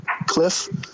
cliff